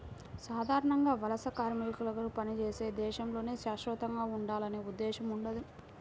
సాధారణంగా వలస కార్మికులకు పనిచేసే దేశంలోనే శాశ్వతంగా ఉండాలనే ఉద్దేశ్యం ఉండదు